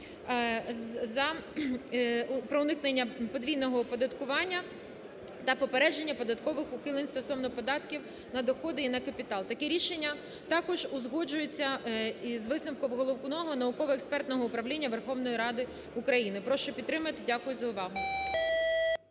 про уникнення подвійного оподаткування та попередження податкових ухилень стосовно податків на доходи і на капітал. Таке рішення також узгоджується із висновком Головного науково-експертного управління Верховної Ради України. Прошу підтримати. Дякую за увагу.